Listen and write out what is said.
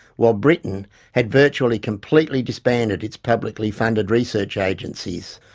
while britain had virtually completely disbanded its publicly funded research agencies.